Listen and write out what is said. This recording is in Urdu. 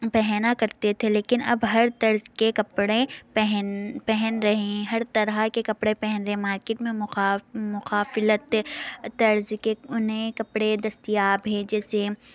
پہنا کرتے تھے لیکن اب ہر طرز کے کپڑے پہن پہن رہے ہیں ہر طرح کے کپڑے پہن رہے ہیں مارکیٹ میں مخاف مختلف طرز کے نئے کپڑے دستیاب ہے جس سے